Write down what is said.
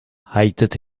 hated